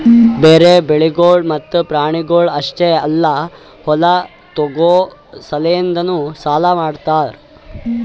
ಬರೀ ಬೆಳಿಗೊಳ್ ಮತ್ತ ಪ್ರಾಣಿಗೊಳ್ ಅಷ್ಟೆ ಅಲ್ಲಾ ಹೊಲ ತೋಗೋ ಸಲೆಂದನು ಸಾಲ ಮಾಡ್ತಾರ್